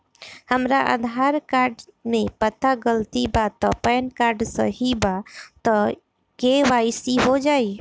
हमरा आधार कार्ड मे पता गलती बा त पैन कार्ड सही बा त के.वाइ.सी हो जायी?